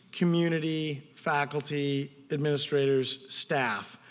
community, faculty, administrators, staff.